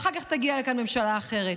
ואחר כך תגיע לכאן ממשלה אחרת.